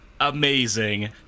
Amazing